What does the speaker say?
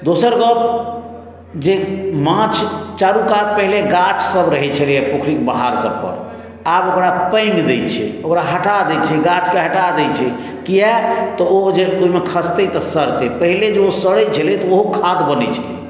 दोसर गप जे माछ चारू कात पहिने गाछसभ रहैत छलैयए पोखरिक महारसभ पर आब ओकरा पाङ्गि दैत छै ओकरा हटा दैत छै गाछकेँ हटा दैत छै कियेक तऽ ओ जे ओहिमे खसतै तऽ सड़तै पहिने जे ओ सड़ैत छलै तऽ ओहो खाद बनैत छलै